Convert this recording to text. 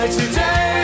today